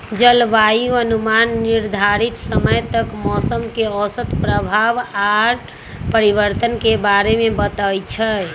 जलवायु अनुमान निर्धारित समय तक मौसम के औसत प्रभाव आऽ परिवर्तन के बारे में बतबइ छइ